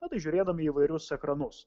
na tai žiūrėdami įvairius ekranus